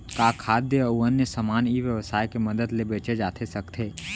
का खाद्य अऊ अन्य समान ई व्यवसाय के मदद ले बेचे जाथे सकथे?